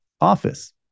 office